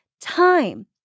time